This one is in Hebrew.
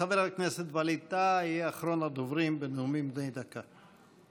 חבר הכנסת ווליד טאהא יהיה אחרון הדוברים בנאומים בני דקה.